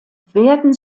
werden